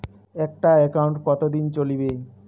একটা একাউন্ট কতদিন চলিবে?